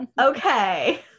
Okay